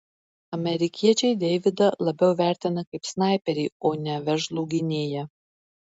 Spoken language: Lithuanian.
amerikiečiai deividą labiau vertina kaip snaiperį o ne veržlų gynėją